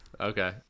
Okay